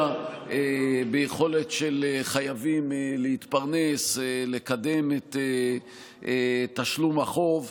ביכולת של חייבים להתפרנס ולקדם את תשלום החוב.